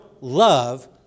love